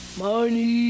money